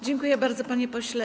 Dziękuję bardzo, panie pośle.